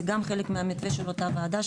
זה גם חלק מהמתווה של אותה וועדה,